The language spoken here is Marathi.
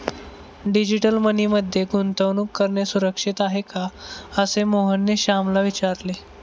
डिजिटल मनी मध्ये गुंतवणूक करणे सुरक्षित आहे का, असे मोहनने श्यामला विचारले